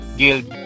guild